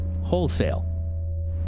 wholesale